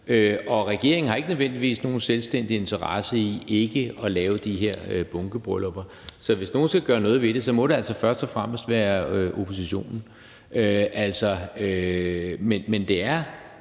og regeringen har ikke nødvendigvis nogen selvstændig interesse i ikke at lave de her bunkebryllupper. Så hvis nogen skal gøre noget ved det, må det altså først og fremmest være oppositionen. Men det er